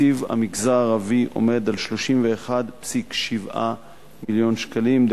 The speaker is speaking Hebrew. תקציב המגזר הערבי עומד על 31.7 מיליון שקלים,